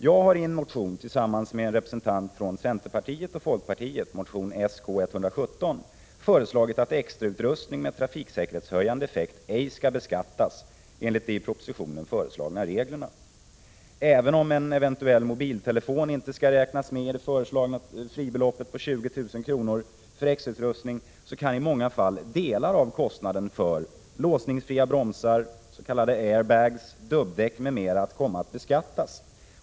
Jag har i en motion tillsammans med en representant från vardera centerpartiet och folkpartiet, motion Sk117, föreslagit att extrautrustning med trafiksäkerhetshöjande effekt ej skall beskattas enligt de i propositionen föreslagna reglerna. Även om en eventuell mobiltelefon inte skall räknas med i det föreslagna fribeloppet på 20 000 kr. för extrautrustning, kan i många fall delar av kostnaden för låsningsfria bromsar, s.k. air-bags, dubbdäck m.m. komma att beskattas.